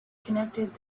connected